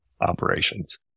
operations